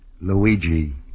Luigi